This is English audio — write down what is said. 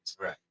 Right